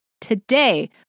today